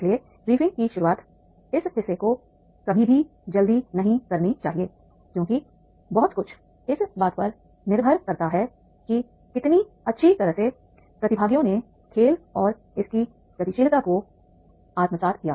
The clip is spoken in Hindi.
इसलिए ब्रीफिंग की शुरूआत इस हिस्से को कभी भी जल्दी नहीं करना चाहिए क्योंकि बहुत कुछ इस बात पर निर्भर करता है कि कितनी अच्छी तरह से प्रतिभागियों ने खेल और इसकी गतिशीलता को आत्मसात किया